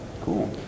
Cool